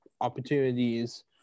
opportunities